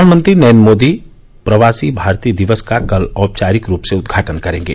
प्रधानमंत्री नरेन्द्र मोदी प्रवासी भारतीय दिवस का कल औपचारिक रूप से उदघाटन करेंगे